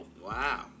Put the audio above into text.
Wow